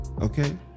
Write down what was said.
Okay